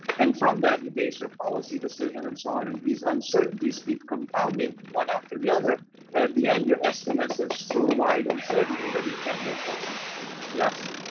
and from that, you base their policy decision and so on, and these uncertainties keep compounding one after the other, and at the end your estimates have so wide uncertainty that you can't make much sense but yes.